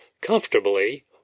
comfortably